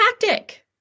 tactic